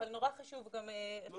אבל נורא חשוב גם --- לא,